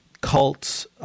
cults